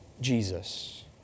Jesus